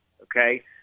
okay